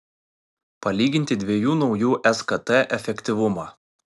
palyginti dviejų naujų skt efektyvumą